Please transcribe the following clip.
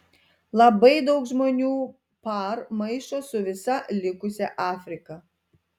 labai daug žmonių par maišo su visa likusia afrika